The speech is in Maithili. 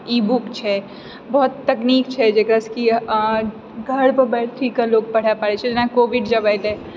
ई बुक छै बहुत तकनीक छै जेकरासँ कि घर पर बैठिकऽ लोक पढ़ि पाबैत छै जेना कोविड जब अयले